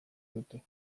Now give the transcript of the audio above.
dute